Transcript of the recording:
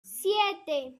siete